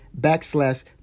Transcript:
backslash